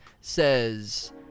says